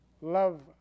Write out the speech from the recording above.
love